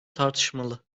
tartışmalı